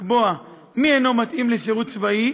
לקבוע מי אינו מתאים לשירות צבאי